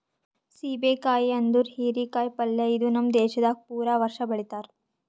ಸೀಬೆ ಕಾಯಿ ಅಂದುರ್ ಹೀರಿ ಕಾಯಿ ಪಲ್ಯ ಇದು ನಮ್ ದೇಶದಾಗ್ ಪೂರಾ ವರ್ಷ ಬೆಳಿತಾರ್